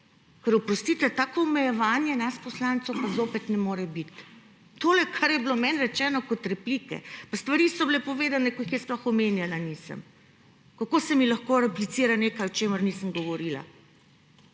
tako omejevanje nas, poslancev pa zopet ne more biti. Tole, kar je bilo meni rečeno kot replika, pa stvari so bile povedane, ki jih jaz sploh omenjala nisem. Kako se mi lahko replicira na nekaj, o čemer nisem govorila?